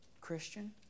Christian